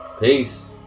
Peace